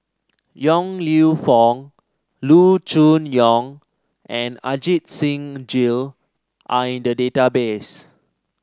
Yong Lew Foong Loo Choon Yong and Ajit Singh Gill are in the database